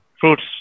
fruits